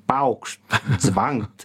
paukšt zvangt